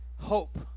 hope